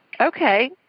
Okay